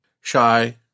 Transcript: shy